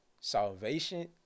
salvation